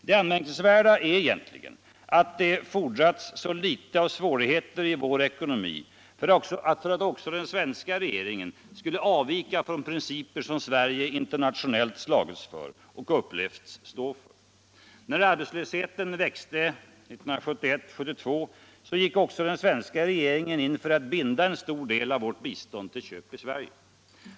Det anmärkningsvärda är egentligen att det fordrades så litet av svårigheter i vår ekonomi för att också den svenska regeringen skulle avvika från principer som Sverige internationellt slagits för och upplevts stå för. När arbetslösheten växte 1971-1972 gick också den svenska regeringen in för att binda en stor del av vårt bistånd till köp i Sverige.